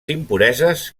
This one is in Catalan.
impureses